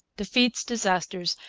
defeats, disasters,